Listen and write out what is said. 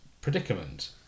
predicament